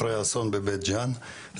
אחרי האסון בבית ג'אן,